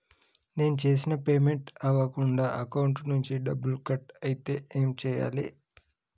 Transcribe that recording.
నేను చేసిన పేమెంట్ అవ్వకుండా అకౌంట్ నుంచి డబ్బులు కట్ అయితే ఏం చేయాలి?